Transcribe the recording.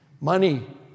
money